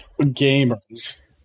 gamers